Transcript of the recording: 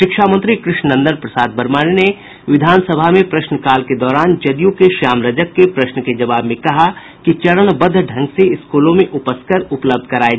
शिक्षा मंत्री कृष्णनंदन प्रसाद वर्मा ने विधान सभा में प्रश्नकाल के दौरान जदयू के श्याम रजक के प्रश्न के जवाब में कहा कि चरणबद्ध ढंग से स्कूलों में उपस्कर उपलब्ध कराये जायेंगे